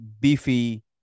beefy